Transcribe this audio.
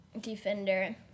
defender